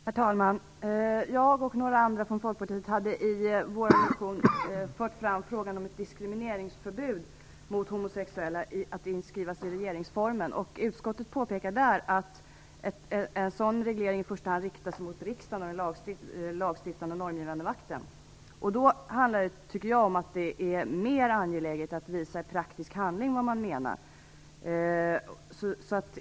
Herr talman! Jag och några andra från Folkpartiet har i vår motion fört fram frågan om att ett diskriminerinsförbud mot homosexuella skall skrivas in i regeringsformen. Utskottet påpekar att en sådan reglering i första hand riktas mot riksdagen och den lagstiftande och normgivande makten. Jag tycker därför att det handlar om att det är mer angeläget att i praktisk handling visa vad man menar.